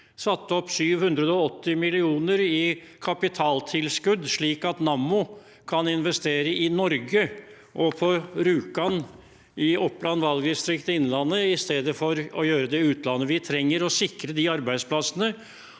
satt opp 780 mill. kr i kapitaltilskudd, slik at Nammo kan investere i Norge og på Raufoss i Oppland valgdistrikt i Innlandet i stedet for å gjøre det i utlandet. Vi trenger å sikre disse arbeidsplassene,